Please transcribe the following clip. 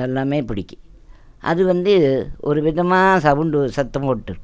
இது எல்லாம் பிடிக்கும் அது வந்து ஒரு விதமாக சவுண்டு சத்தம் போட்டுருக்கும்